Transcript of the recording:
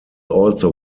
also